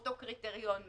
אותו קריטריון מהחוזר,